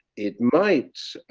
it might